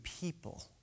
people